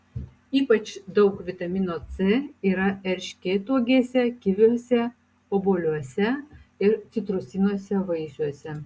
ypač daug vitamino c yra erškėtuogėse kiviuose obuoliuose ir citrusiniuose vaisiuose